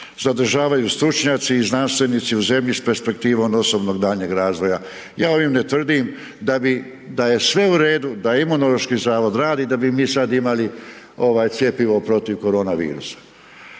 zadržavaju stručnjaci i znanstvenici u zemlji s perspektivom osobnog daljnjeg razvoja. Ja ovim ne tvrdim da bi, da je sve u redu, da Imunološki zavod radi da bi mi sad imali ovaj cjepivo protiv koronavirusa.